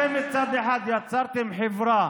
אתם מצד אחד יצרתם חברה